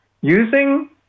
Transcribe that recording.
Using